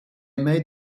made